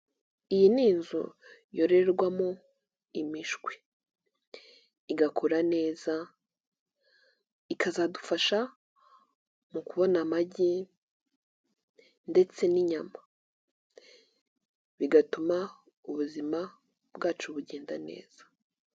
Iyi ni inzu yororerwamo imishwi, igakura neza ikazadufasha mu kubona amagi ndetse n'inyama, bigatuma ubuzima bwacu bugenda neza.